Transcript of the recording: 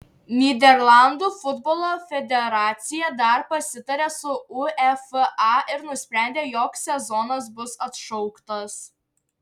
nyderlandų futbolo federacija dar pasitarė su uefa ir nusprendė jog sezonas bus atšauktas